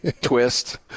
twist